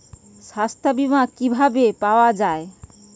সাস্থ্য বিমা কি ভাবে পাওয়া যায়?